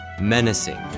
menacing